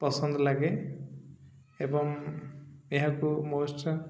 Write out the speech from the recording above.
ପସନ୍ଦ ଲାଗେ ଏବଂ ଏହାକୁ ମୋଷ୍ଟ